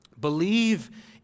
Believe